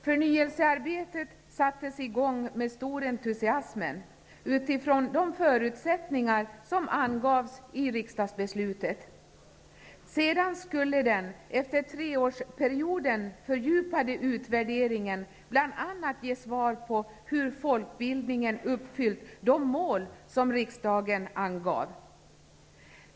Förnyelsearbetet sattes i gång med stor entusiasm utifrån de förutsättningar som angavs i riksdagsbeslutet. Efter treårsperioden skulle en fördjupad utvärdering bl.a. ge svar på hur folkbildningen uppfyllt de mål som riksdagen angav.